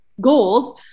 goals